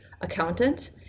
accountant